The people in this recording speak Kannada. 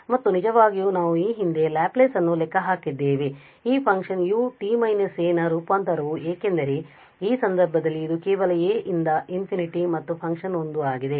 ಮತ್ತು ನಿಜವಾಗಿಯೂ ನಾವು ಈ ಹಿಂದೆ ಲ್ಯಾಪ್ಲೇಸ್ ಅನ್ನು ಲೆಕ್ಕಹಾಕಿದ್ದೇವೆ ಈ ಫಂಕ್ಷನ್ ut − a ನ ರೂಪಾಂತರವು ಏಕೆಂದರೆ ಈ ಸಂದರ್ಭದಲ್ಲಿ ಇದು ಕೇವಲ a ಇಂದ ∞ ಮತ್ತು ಫಂಕ್ಷನ್ 1 ಆಗಿದೆ